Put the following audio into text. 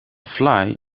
fly